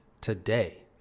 today